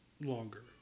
longer